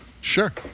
Sure